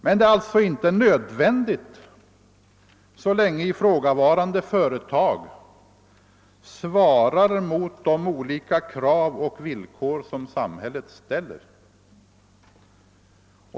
Men det är alltså inte nödvändigt så länge ifrågavarande företag svarar mot de olika krav och villkor som samhället ställer.